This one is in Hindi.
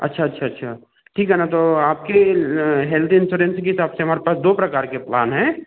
अच्छा अच्छा अच्छा ठीक है न तो आपके हेल्दी इंस्योरेंस की तो आप से हमारे पास दो प्रकार के प्लान हैं